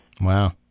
Wow